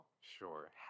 Sure